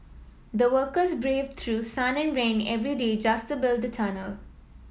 the workers braved through sun and rain every day just to build the tunnel